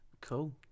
cool